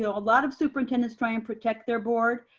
you know a lot of superintendents try and protect their board.